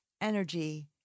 energy